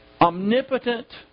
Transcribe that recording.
omnipotent